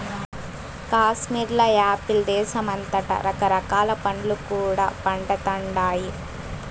కాశ్మీర్ల యాపిల్ దేశమంతటా రకరకాల పండ్లు కూడా పండతండాయి